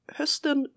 hösten